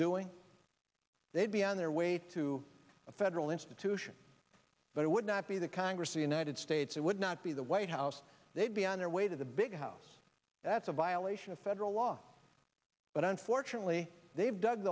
doing they'd be on their way to a federal institution but it would not be the congress the united states it would not be the white house they'd be on their way to the big house that's a violation of federal law but unfortunately they've dug